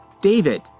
David